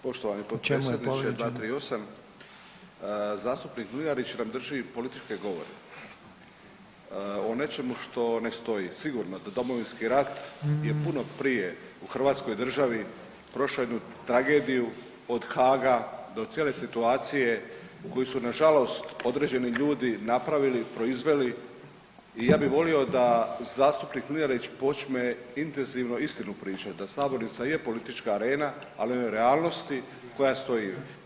Poštovani potpredsjedniče, 238., zastupnik Mlinarić, kad drži političke govore, o nečemu što ne stoji, sigurno da Domovinski rat je puno prije u hrvatskoj državi prošao jednu tragediju od Haaga do cijele situacije koju su nažalost određeni ljudi napravili, proizveli i ja bih volio da zastupnik Mlinarić počne intenzivno istinu pričati, da sabornica je politička arena, ali u realnosti koja stoji.